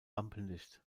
rampenlicht